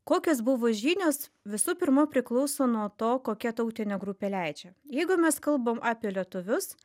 kokios buvo žinios visų pirma priklauso nuo to kokia tautinė grupė leidžia jeigu mes kalbam apie lietuvius